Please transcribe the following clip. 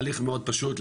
הליך מאוד פשוט,